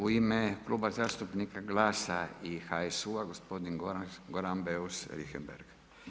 U ime Kluba zastupnika GLAS-a i HSU-a gospodin Goran Beus Richembergh.